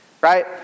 right